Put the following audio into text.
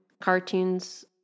cartoons